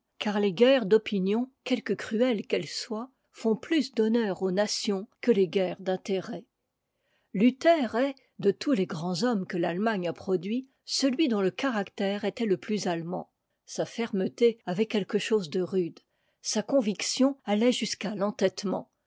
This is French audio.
les guerres d'opinion quelque cruelles qu'elles soient font plus d'honneur aux nations que les guerres d'intérêt luther est de tous les grands hommes que t'atlemagne a produits celui dont le caractère était le plus allemand sa fermeté avait quelque chose de rude sa conviction allait jusqu'à l'entêtement